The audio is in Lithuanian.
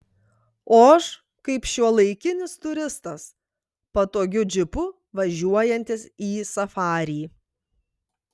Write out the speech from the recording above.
o aš kaip šiuolaikinis turistas patogiu džipu važiuojantis į safarį